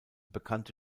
bekannte